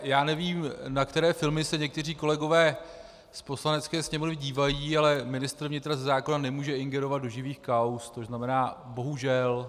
Já nevím, na které filmy se někteří kolegové z Poslanecké sněmovny dívají, ale ministr vnitra ze zákona nemůže ingerovat do živých kauz, což znamená bohužel.